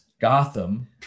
Gotham